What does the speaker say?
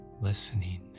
listening